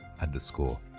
underscore